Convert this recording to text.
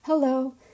Hello